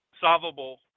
solvable